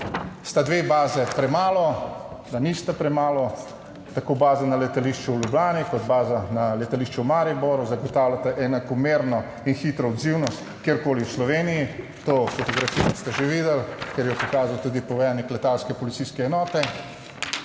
sta dve bazi premalo, da nista premalo, tako baza na letališču v Ljubljani kot baza na letališču v Mariboru zagotavljata enakomerno in hitro odzivnost kjerkoli v Sloveniji. To fotografijo ste že videli, ker jo je pokazal tudi poveljnik letalske policijske enote.